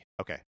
Okay